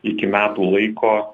iki metų laiko